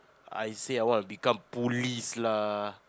I say I wanna become police lah